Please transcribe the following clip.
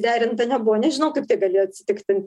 derinta nebuvo nežinau kaip tai galėjo atsitikti